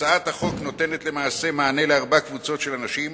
הצעת החוק נותנת למעשה מענה לארבע קבוצות של אנשים